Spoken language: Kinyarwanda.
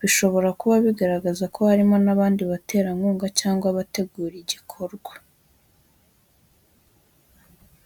bishobora kuba bigaragaza ko harimo n’abandi baterankunga cyangwa abategura igikorwa.